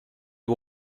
les